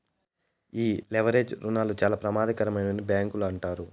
ఈ లెవరేజ్ రుణాలు చాలా ప్రమాదకరమని బ్యాంకులు అంటారు